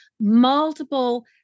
multiple